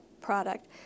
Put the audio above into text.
product